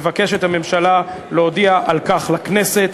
הממשלה מבקשת להודיע על כך לכנסת.